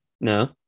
No